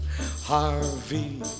Harvey